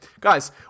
guys